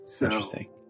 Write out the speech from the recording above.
Interesting